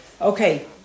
Okay